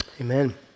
amen